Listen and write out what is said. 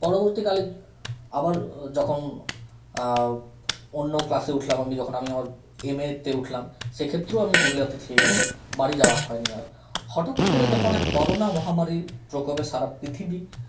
পরবর্তীকালে আবার যখন অন্য ক্লাসে উঠলাম আমি যখন আমি আমার এমএ তে উঠলাম সেক্ষেত্রেও আমি পুরুলিয়াতে থেকে গেছি বাড়ি যাওয়া হয়নি আর হঠাৎ করে যখন এক করোনা মহামারীর প্রকোপে সারা পৃথিবী